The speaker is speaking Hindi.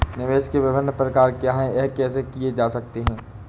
निवेश के विभिन्न प्रकार क्या हैं यह कैसे किया जा सकता है?